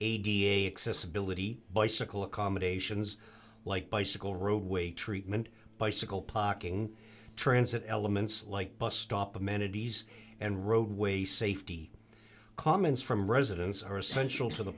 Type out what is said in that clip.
a accessibility bicycle accommodations like bicycle roadway treatment bicycle pocking transit elements like bus stop amenities and roadway safety comments from residents are essential to the